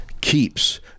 keeps